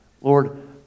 Lord